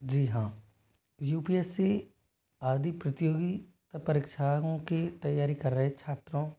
जी हाँ U P S C आदि प्रतियोगी परीक्षाओं की तैयारी कर रहे छात्रों